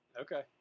okay